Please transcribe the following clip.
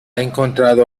encontrado